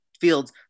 fields